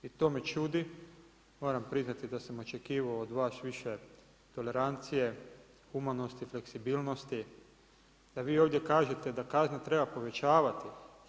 I to me ćudi moram priznati da sam očekivao od vas više tolerancije, humanosti i fleksibilnosti, da vi ovdje kažete da kazne treba povećavati.